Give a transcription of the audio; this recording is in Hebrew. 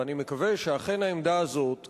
ואני מקווה שהעמדה הזאת אכן,